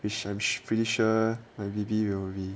which I'm pretty sure my baby will be